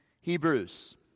Hebrews